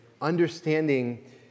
understanding